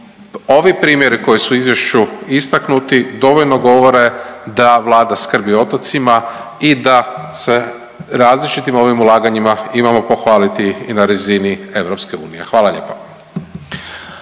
ovi primjeri koji su u izvješću istaknuti dovoljno govore da Vlada skrbi o otocima i da se različitim ovim ulaganjima imamo pohvaliti i na razini EU. Hvala lijepa.